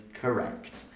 correct